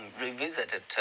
revisited